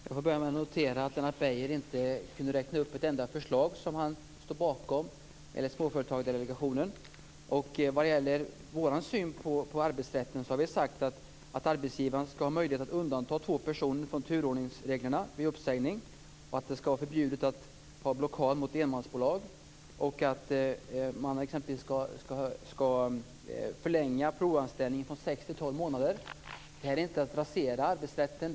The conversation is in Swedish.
Fru talman! Jag noterar att Lennart Beijer inte kunde räkna upp ett enda förslag från Småföretagardelegationen som han står bakom. När det gäller vår syn på arbetsrätten har vi sagt att arbetsgivaren skall ha möjlighet att undanta två personer från turordningsreglerna vid uppsägning, att det skall vara förbjudet att ha blockad mot enmansbolag och att man skall förlänga provanställningen från sex till tolv månader. Detta är inte att rasera arbetsrätten.